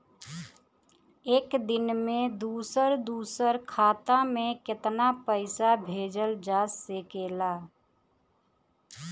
एक दिन में दूसर दूसर खाता में केतना पईसा भेजल जा सेकला?